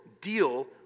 deal